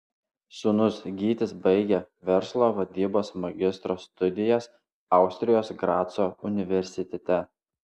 sūnus gytis baigia verslo vadybos magistro studijas austrijos graco universitete